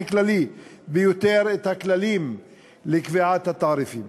כללי ביותר את הכללים לקביעת התעריפים.